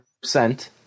percent